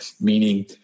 meaning